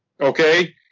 okay